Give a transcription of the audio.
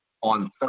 on